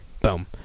Boom